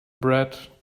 brad